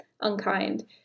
unkind